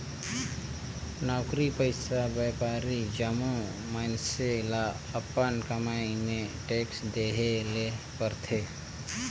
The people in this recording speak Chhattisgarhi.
नउकरी पइसा, बयपारी जम्मो मइनसे ल अपन कमई में टेक्स देहे ले परथे